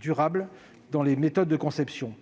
durables dans les méthodes de conception.